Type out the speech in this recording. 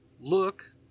look